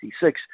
1966